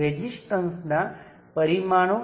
તેથી આમાંથી current 1 milliamp છે